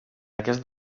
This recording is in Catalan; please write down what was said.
aquest